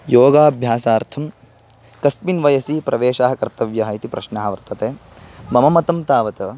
योगाभ्यासार्थं कस्मिन् वयसि प्रवेशः कर्तव्यः इति प्रश्नः वर्तते मम मतं तावत्